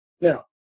Now